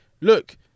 Look